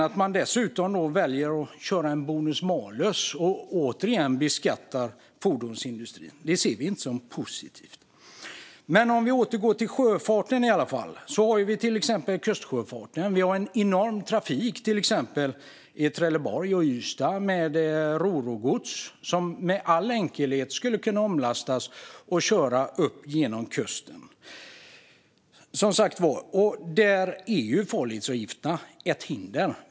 Att man dessutom väljer att köra bonus-malus och återigen beskattar fordonsindustrin ser vi inte som positivt. För att återgå till sjöfarten, till exempel kustsjöfarten, har vi till exempel i Trelleborg och Ystad en enorm trafik med rorogods, som med enkelhet skulle kunna omlastas och köras upp längs kusten. Där är farledsavgifterna ett hinder.